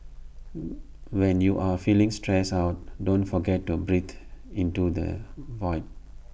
when you are feeling stressed out don't forget to breathe into the void